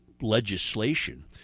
legislation